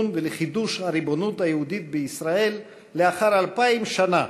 ולחידוש של הריבונות היהודית בישראל לאחר אלפיים שנה,